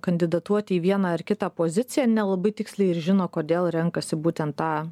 kandidatuoti į vieną ar kitą poziciją nelabai tiksliai žino kodėl renkasi būtent tą